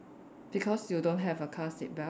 because you don't have a car seat belt